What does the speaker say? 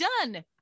Done